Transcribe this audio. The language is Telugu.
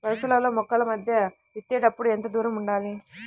వరసలలో మొక్కల మధ్య విత్తేప్పుడు ఎంతదూరం ఉండాలి?